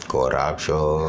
Corruption